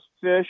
fish